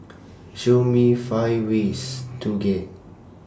Show Me five ways to get